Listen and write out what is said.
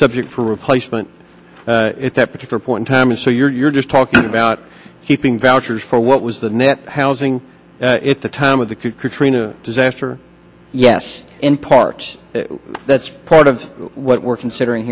subject for replacement at that particular point time and so you're just talking about keeping vouchers for what was the net housing at the time of the trina disaster yes in part that's part of what we're considering